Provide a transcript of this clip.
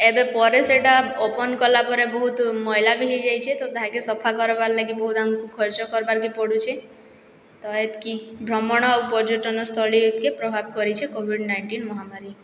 ଏବେ ପରେ ସେଇଟା ଓପନ୍ କଲାପରେ ବହୁତ୍ ମଇଳା ବି ହେଇଯାଇଛେ ତ ତାହାକେ ସଫା କରବାର୍ ଲାଗି ବହୁତ ଆମକୁ ଖର୍ଚ୍ଚ କରବାର୍ କେ ପଡ଼ୁଛେ ତ ଏତକି ଭ୍ରମଣ ଆଉ ପର୍ଯ୍ୟଟନସ୍ଥଳୀକେ ପ୍ରଭାବ କରିଛେ କୋଭିଡ଼୍ ନାଇଁଟିନ୍ ମହାମାରୀ